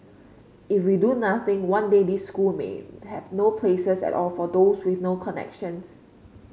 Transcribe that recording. if we do nothing one day these school may have no places at all for those with no connections